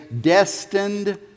destined